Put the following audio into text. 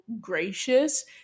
gracious